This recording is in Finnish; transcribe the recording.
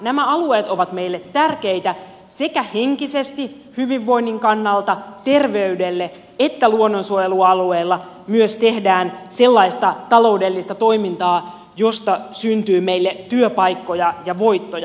nämä alueet ovat meille tärkeitä henkisesti hyvinvoinnin ja terveyden kannalta ja luonnonsuojelualueilla myös tehdään sellaista taloudellista toimintaa josta syntyy meille työpaikkoja ja voittoja